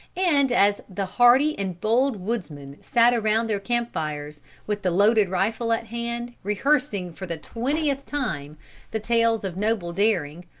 and as the hardy and bold woodsmen sat around their camp-fires with the loaded rifle at hand, rehearsing for the twentieth time the tales of noble daring,